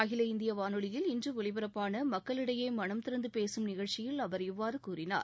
அகில இந்திய வானொலியில் இன்று ஒலிபரப்பான மக்களிடையே மனம் திறந்து பேசும் நிகழ்ச்சியில் அவர் இவ்வாறு கூறினார்